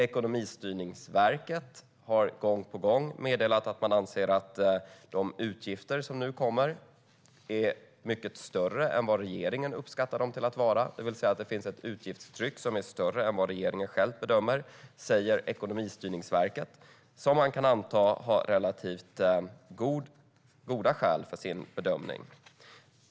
Ekonomistyrningsverket har gång på gång meddelat att man anser att de utgifter som nu kommer är mycket större än vad regeringen uppskattar dem till att vara, det vill säga att det finns ett utgiftstryck som är större än vad regeringen själv bedömer. Detta säger alltså Ekonomistyrningsverket, som man kan anta har relativt goda skäl för sin bedömning.